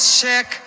check